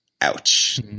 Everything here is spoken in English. Ouch